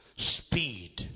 Speed